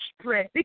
Spread